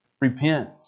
Repent